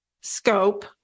scope